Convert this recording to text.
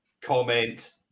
Comment